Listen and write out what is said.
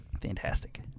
Fantastic